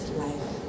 life